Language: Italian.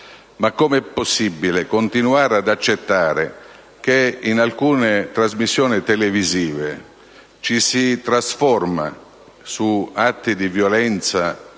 com'è possibile continuare ad accettare che alcune trasmissioni televisive incentrate su atti di violenza gravi,